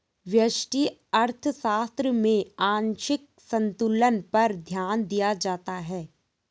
व्यष्टि अर्थशास्त्र में आंशिक संतुलन पर ध्यान दिया जाता है